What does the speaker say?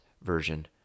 version